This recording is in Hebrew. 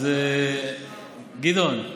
אז גדעון,